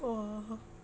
!wah!